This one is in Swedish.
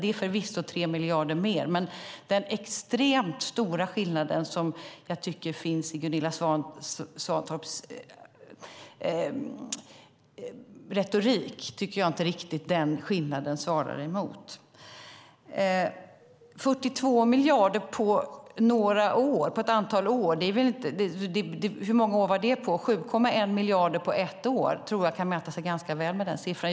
Det är förvisso 3 miljarder mer, men den extremt stora skillnad som Gunilla Svantorp målar upp i sin retorik tycker jag inte riktigt att den skillnaden svarar emot. 42 miljarder satsades under ett antal år, sade Gunilla Svantorp. Hur många år var det? 7,1 miljarder på ett år tror jag kan mäta sig ganska väl med den siffran.